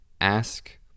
Ask